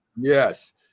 Yes